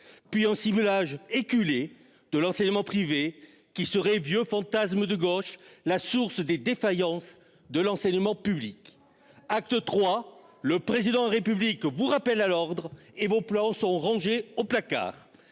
puis en 6 moulage éculés de l'enseignement privé qui serait vieux fantasme de gauche la source des défaillances de l'enseignement public. Acte 3, le président République vous rappelle à l'ordre et vos plans sont rangés au placard.